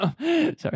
Sorry